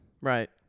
Right